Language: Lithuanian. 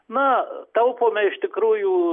na taupome iš tikrųjų